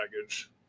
package